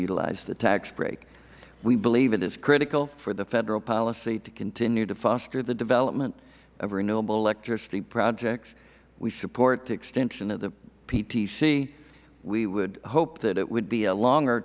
utilize the tax break we believe it is critical for the federal policy to continue to foster the development of renewable electricity projects we support the extension of the ptc we would hope that it would be a longer